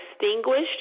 distinguished